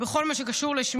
(תיקון,